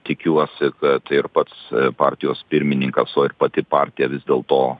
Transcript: tikiuosi kad ir pats partijos pirmininkas o ir pati partija vis dėl to